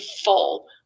full